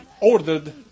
ordered